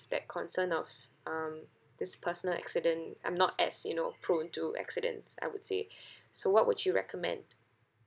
that concern of um this personal accident I'm not as you know prone to accidents I would say so what would you recommend